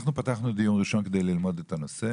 אנחנו פתחנו דיון ראשון כדי ללמוד את הנושא.